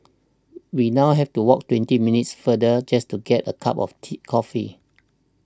we now have to walk twenty minutes farther just to get a cup of tea coffee